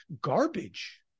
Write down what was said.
garbage